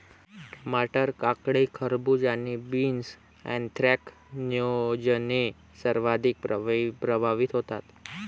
टमाटर, काकडी, खरबूज आणि बीन्स ऍन्थ्रॅकनोजने सर्वाधिक प्रभावित होतात